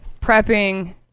prepping